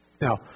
Now